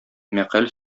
мәкаль